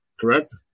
correct